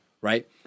right